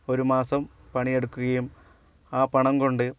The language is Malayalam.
ഒരു മാസം പണി എടുക്കുകയും ആ പണം കൊണ്ട്